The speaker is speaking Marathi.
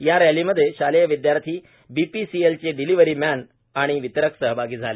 या रॅलीमध्ये शालेय विद्यार्थी बीपीसीएलचे डिलीवरी मॅन व वितरक सहभागी झाले